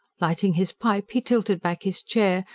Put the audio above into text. lighting his pipe, he tilted back his chair,